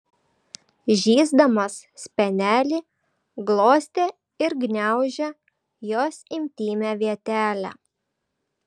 žįsdamas spenelį glostė ir gniaužė jos intymią vietelę